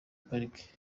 pariki